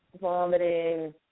vomiting